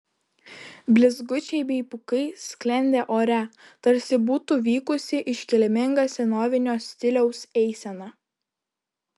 blizgučiai bei pūkai sklendė ore tarsi būtų vykusi iškilminga senovinio stiliaus eisena